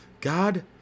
God